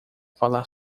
falar